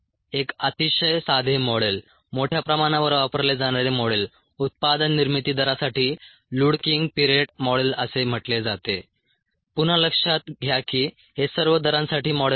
एक अतिशय साधे मॉडेल मोठ्या प्रमाणावर वापरले जाणारे मॉडेल उत्पादन निर्मिती दरासाठी लुडकिंग पिरेट मॉडेल असे म्हटले जाते पुन्हा लक्षात घ्या की हे सर्व दरांसाठी मॉडेल आहेत